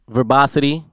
Verbosity